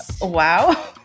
Wow